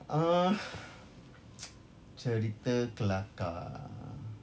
uh cerita kelakar